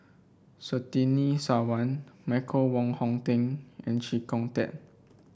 Surtini Sarwan Michael Wong Hong Teng and Chee Kong Tet